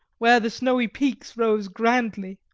where the snowy peaks rose grandly.